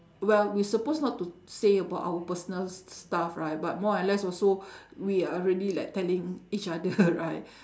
well we supposed not to say about our personal s~ stuff right but more or less also we are already like telling each other right